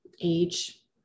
age